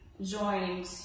Joined